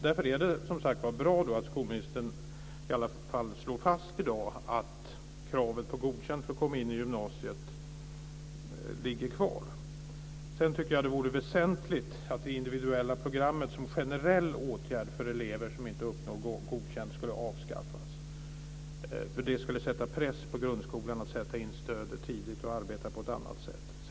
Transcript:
Därför är det, som sagt, bra att skolministern i alla fall slår fast i dag att kravet på att man ska vara godkänd för att komma in på gymnasiet ligger kvar. Sedan tycker jag att det vore väsentligt om det individuella programmet som generell åtgärd för elever som inte uppnår godkända betyg avskaffades. Det skulle nämligen sätta press på grundskolan att sätta in stöd tidigt och arbeta på ett annat sätt.